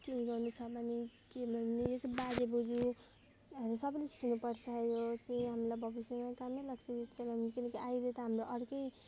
केही गर्नु छ भने के भन्ने यस्तो बाजेबोजूहरू सबैले सुन्नुपर्छ यो चाहिँ हामीलाई भविष्यमा कामै लाग्छ यो सब किनकि अहिले त हाम्रो अर्कै